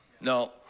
No